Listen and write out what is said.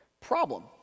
problem